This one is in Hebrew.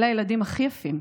אלה הילדים הכי יפים.